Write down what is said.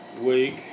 week